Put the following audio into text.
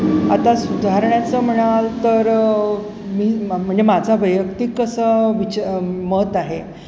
आता सुधारण्याचं म्हणाल तर मी म्हणजे माझा वैयक्तिक कसं विच महत्त आहे